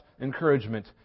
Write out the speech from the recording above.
encouragement